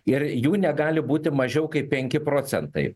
ir jų negali būti mažiau kaip penki procentai